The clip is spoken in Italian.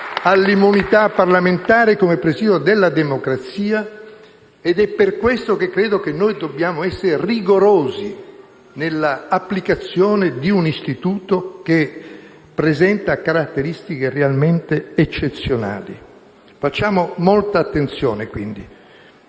all'immunità parlamentare come presidio della democrazia ed è per questo che credo che dobbiamo essere rigorosi nell'applicazione di un istituto che presenta caratteristiche realmente eccezionali. Facciamo molta attenzione, quindi,